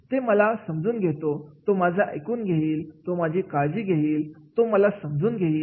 तो मला समजून घेतो तो माझा ऐकून घेईल तो माझी काळजी घेईल तो मला समजून घेईल